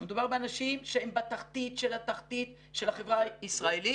מדובר באנשים שהם בתחתית של התחתית של החברה הישראלית.